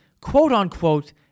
quote-unquote